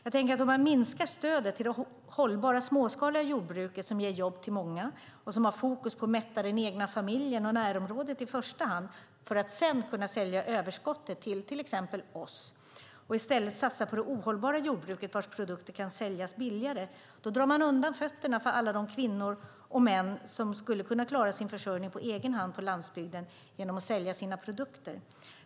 Jag tänker att om man minskar stödet till det hållbara småskaliga jordbruket, som ger jobb till många, som har fokus på att i första hand mätta den egna familjen och närområdet och där överskottet sedan kan säljas till exempel till oss, och i stället satsar på det ohållbara jordbruket, vars produkter kan säljas billigare, slår man undan fötterna för alla de kvinnor och män som skulle kunna klara sin försörjning på egen hand på landsbygden genom att sälja sina produkter.